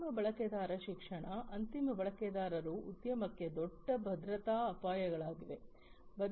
ಅಂತಿಮ ಬಳಕೆದಾರ ಶಿಕ್ಷಣ ಅಂತಿಮ ಬಳಕೆದಾರರು ಉದ್ಯಮಕ್ಕೆ ದೊಡ್ಡ ಭದ್ರತಾ ಅಪಾಯಗಳಾಗಿವೆ